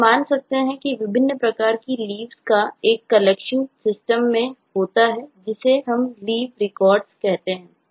अतः मान सकते हैं कि विभिन्न प्रकार की Leaves का एक कलेक्शन सिस्टम में होता है जिसे हम Leave Records कहते हैं